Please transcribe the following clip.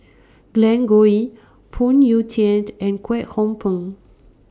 Glen Goei Phoon Yew Tien and Kwek Hong Png